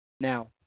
Now